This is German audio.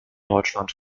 deutschland